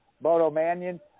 Bodo-Mannion